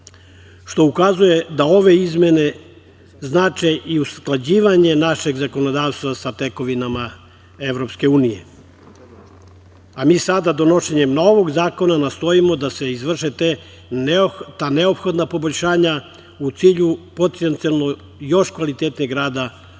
što ukazuje da ove izmene znače i usklađivanje našeg zakonodavstva sa tekovinama EU. Mi sada donošenjem novog zakona nastojimo da se izvrše ta neophodna poboljšanja u cilju potencijalno još kvalitetnijeg rada ove